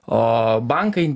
o bankai